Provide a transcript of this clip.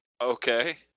Okay